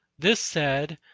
this said,